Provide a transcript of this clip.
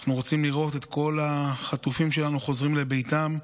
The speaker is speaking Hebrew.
אנחנו רוצים לראות את כל החטופים שלנו חוזרים לביתם בשלום.